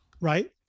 right